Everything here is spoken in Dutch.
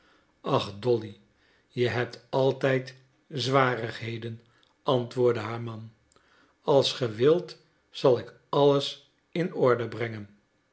ach dolly je hebt altijd zwarigheden antwoordde haar man als ge wilt zal ik alles in orde brengen